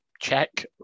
check